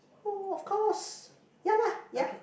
oh of course ya lah ya